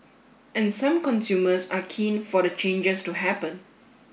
and some consumers are keen for the changes to happen